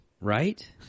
Right